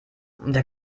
der